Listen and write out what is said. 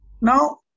Now